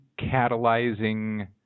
catalyzing